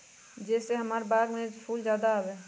जे से हमार बाग में फुल ज्यादा आवे?